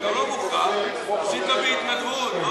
אתה לא מוכרח, עשית בהתנדבות.